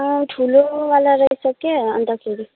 ठुलो वाला रहेछ के अन्तखेरि